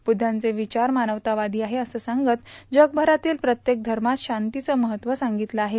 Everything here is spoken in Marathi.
बुद्धांचे विचार मानवतावादी आहेत असे सांगत जगभरातील प्रत्येक धर्मात शांतीचं महत्व सांगितलं आहे